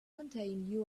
contain